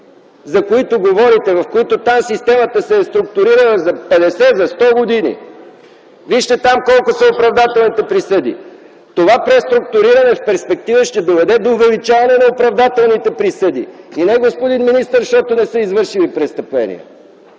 за които говорите, в които системата се е структурирала за 50, за 100 години, вижте там колко са оправдателните присъди. Господин министър, това преструктуриране в перспектива ще доведе до увеличаване на оправдателните присъди. не защото не са извършили престъпления,